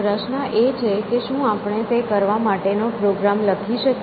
પ્રશ્ન એ છે કે શું આપણે તે કરવા માટેનો પ્રોગ્રામ લખી શકીએ